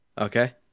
Okay